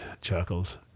chuckles